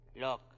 Look